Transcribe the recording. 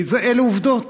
כי אלה עובדות.